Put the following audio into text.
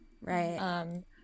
Right